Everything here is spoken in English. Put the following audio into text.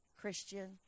Christian